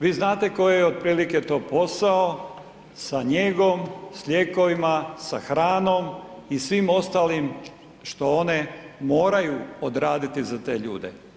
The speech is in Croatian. Vi znate koji je otprilike to posao sa njegom, s lijekovima, sa hranom i svim ostalim što one moraju odraditi za te ljude.